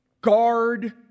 guard